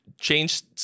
changed